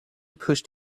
pushed